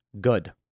Good